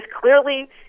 clearly